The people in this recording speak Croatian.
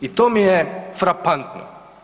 I to mi je frapantno.